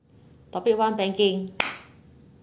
topic one banking